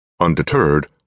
Undeterred